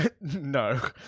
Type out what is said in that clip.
no